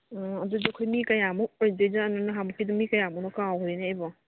ꯑꯣ ꯑꯗꯨꯗꯤ ꯑꯩꯈꯣꯏ ꯃꯤ ꯀꯌꯥꯃꯨꯛ ꯑꯣꯏꯗꯣꯏꯖꯥꯠꯅꯣ ꯅꯍꯥꯟꯃꯨꯛꯀꯤꯗꯨ ꯃꯤ ꯀꯌꯥꯃꯨꯛꯅꯣ ꯀꯥꯎꯈ꯭ꯔꯦꯅꯦ ꯑꯩꯕꯣ